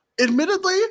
Admittedly